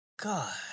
God